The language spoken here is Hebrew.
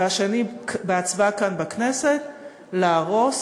והשני בהצבעה כאן בכנסת, להרוס